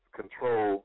control